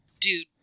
dude